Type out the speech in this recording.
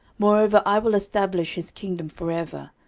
moreover i will establish his kingdom for ever,